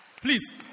please